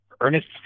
Ernest